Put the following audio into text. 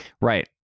Right